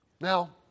Now